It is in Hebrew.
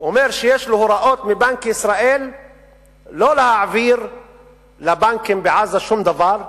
אומר שיש לו הוראות מבנק ישראל לא להעביר לבנקים בעזה שום דבר,